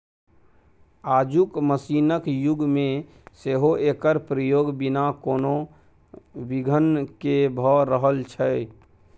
आजुक मशीनक युग मे सेहो एकर प्रयोग बिना कोनो बिघ्न केँ भ रहल छै